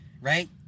right